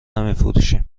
نمیفروشیم